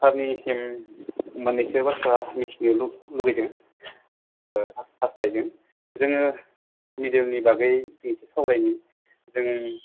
सारनिसिम मोननैसो बाथ्रा मिथिनो लुबैदों हास्थायदों जोङो मिडियामनि बागै एसे सावरायनि जों